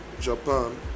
Japan